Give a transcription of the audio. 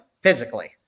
physically